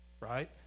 right